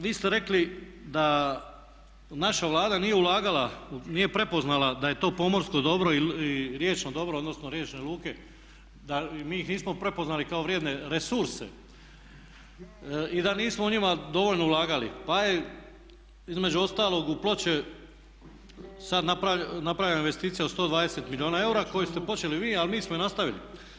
Vi ste rekli da naša Vlada nije ulagala, nije prepoznala da je to pomorsko dobro i riječno dobro, odnosno riječne luke, mi ih nismo prepoznali kao vrijedne resurse i da nismo u njima dovoljno ulagali pa je između ostalog u Ploče sad napravljena investicija od 120 milijuna eura koju ste počeli vi ali mi smo je nastavili.